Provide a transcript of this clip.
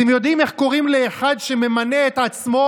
אתם יודעים איך קוראים לאחד שממנה את עצמו